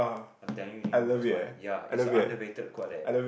I'm telling you ya it's a underrated god leh